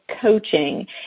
coaching